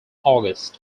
august